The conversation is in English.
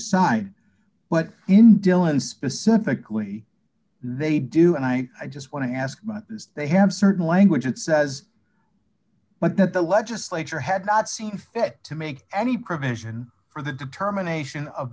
side but in dillon specifically they do and i just want to ask they have certain language that says but that the legislature had not seen fit to make any provision for the determination of